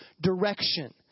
Direction